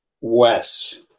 wes